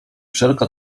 wszelka